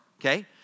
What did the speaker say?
okay